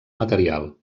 material